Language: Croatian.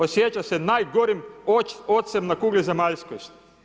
Osjeća se najgorim ocem na kugli zemaljskoj.